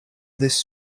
this